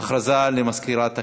הודעה למזכירת הכנסת.